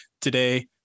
today